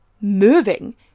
moving